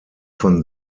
von